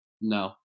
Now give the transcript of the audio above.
No